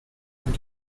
avec